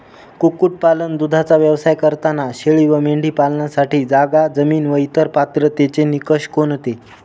कुक्कुटपालन, दूधाचा व्यवसाय करताना शेळी व मेंढी पालनासाठी जागा, जमीन व इतर पात्रतेचे निकष कोणते?